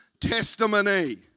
testimony